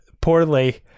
poorly